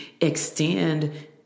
extend